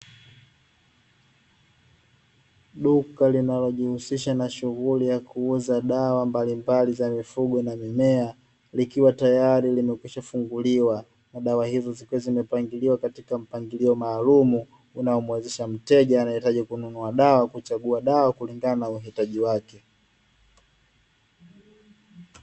Duka linalojihusisha na shughuli ya kuuza dawa mbalimbali za mifugo na mimea likiwa tayari limekwisha funguliwa, na dawa hizo zikiwa zimepangiliwa katika mpangilio maalum unaomuwezesha mteja anayehitaji kununua dawa, huchagua dawa kulingana na uhitaji wake.